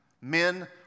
Men